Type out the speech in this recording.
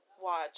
watch